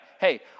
Hey